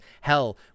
hell